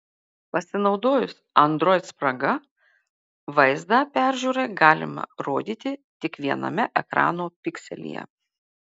pasinaudojus android spraga vaizdą peržiūrai galima rodyti tik viename ekrano pikselyje